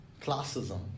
classism